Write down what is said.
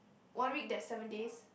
one week there is seven days